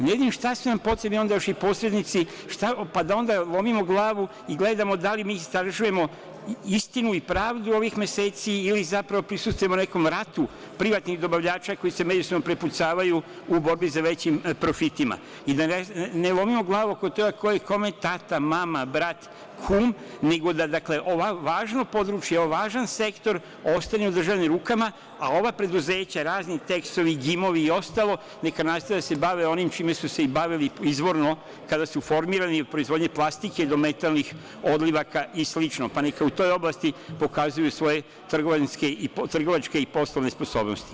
Ne vidim za šta su nam potrebni još i posrednici, pa da onda lomimo glavu i gledamo da li mi istražujemo istinu i pravdu ovih meseci ili zapravo prisustvujemo nekom ratu privatnih dobavljača koji se međusobno prepucavaju u borbi za većim profitima, i da ne lomimo glavu oko toga ko je kome tata, mama, brat, kum, nego da ovako važno područje, važan sektor ostane u državnim rukama, a ova preduzeća, razni tekstovi, gimovi i ostalo, neka nastave da se bave onim čime su se i bavili izvorno kada su formirani u proizvodnji plastike do metalnih odlivaka i slično, pa neka u toj oblasti pokazuju svoje trgovačke i poslovne sposobnosti.